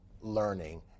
learning